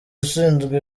ushinzwe